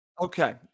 Okay